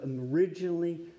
originally